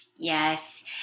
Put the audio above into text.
Yes